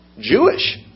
Jewish